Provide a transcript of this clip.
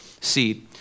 seed